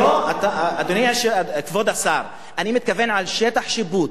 כבוד השר, אני מתכוון על שטח שיפוט.